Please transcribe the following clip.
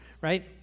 right